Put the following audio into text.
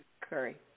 Curry